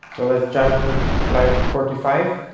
so, let's jump to line forty five,